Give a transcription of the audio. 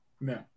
No